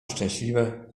szczęśliwe